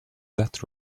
that